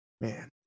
Man